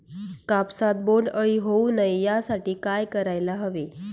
कापसात बोंडअळी होऊ नये यासाठी काय करायला हवे?